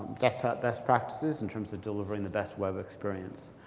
desktop best practices, in terms of delivering the best web experience.